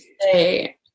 say